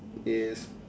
yes